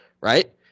Right